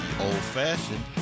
old-fashioned